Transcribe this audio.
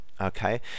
okay